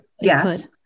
Yes